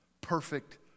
Perfect